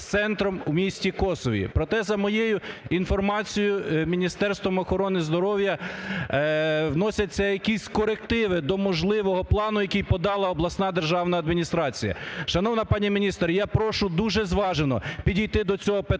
із центром у місті Косові. Проте, за моєю інформацією, Міністерством охорони здоров'я вносяться якісь корективи до можливого плану, який подала обласна державна адміністрація. Шановна пані міністр, я прошу дуже зважено підійти до цього питання,